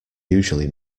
usually